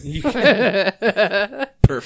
Perfect